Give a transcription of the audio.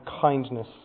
kindness